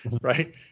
right